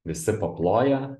visi paploja